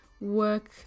work